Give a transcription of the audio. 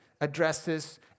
addresses